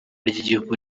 ry’igihugu